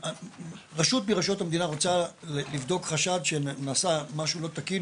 רשות מרשויות המדינה רוצה לבדוק חשד שנעשה משהו לא תקין